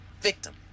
Victim